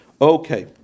Okay